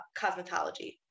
cosmetology